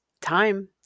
Time